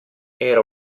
era